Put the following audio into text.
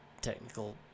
technical